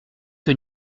que